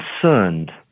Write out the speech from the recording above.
concerned